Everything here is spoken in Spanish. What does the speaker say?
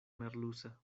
merluza